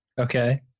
Okay